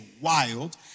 wild